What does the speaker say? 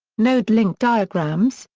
node-link diagrams,